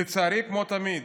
לצערי, כמו תמיד,